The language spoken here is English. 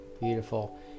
beautiful